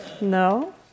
No